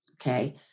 Okay